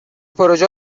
پروژه